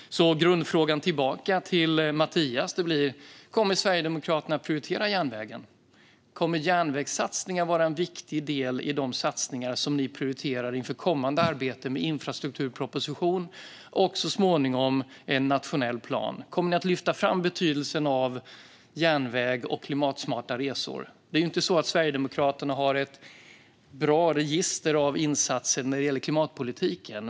Grundfrågan tillbaka till Mattias Bäckström Johansson blir: Kommer Sverigedemokraterna att prioritera järnvägen? Kommer järnvägssatsningar att vara en viktig del i de satsningar som ni prioriterar inför kommande arbete med infrastrukturproposition och så småningom en nationell plan? Kommer ni att lyfta fram betydelsen av järnväg och klimatsmarta resor? Det är inte så att Sverigedemokraterna har ett bra register av insatser när det gäller klimatpolitiken.